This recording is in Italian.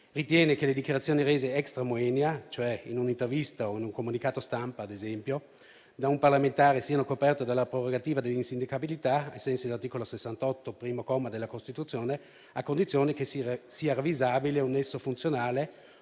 ritiene che le dichiarazioni rese *extramoenia*, cioè in un'intervista o in un comunicato stampa, ad esempio, da un parlamentare siano coperte dalla prerogativa dell'insindacabilità ai sensi dell'articolo 68, primo comma della Costituzione, a condizione che sia ravvisabile un nesso funzionale